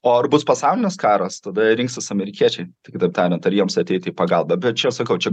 o ar bus pasaulinis karas tada rinksis amerikiečiai tai kitaip tariant ar jiems ateiti į pagalbą bet čia sakau čia